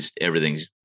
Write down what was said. everything's